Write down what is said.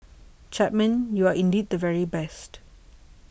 Chapman you are indeed the very best